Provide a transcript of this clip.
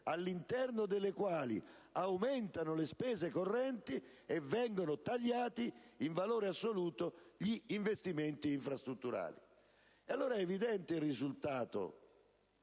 all'interno delle quali aumentano le spese correnti e vengono tagliati in valore assoluto gli investimenti infrastrutturali. È evidente il risultato